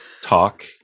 talk